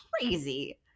crazy